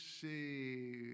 see